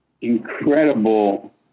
incredible